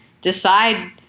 decide